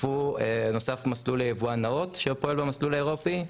נוסף מסלול ליבואן נאות שפועל במסלול האירופי.